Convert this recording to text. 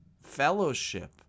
fellowship